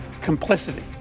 complicity